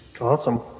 Awesome